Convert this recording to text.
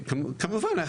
כמובן.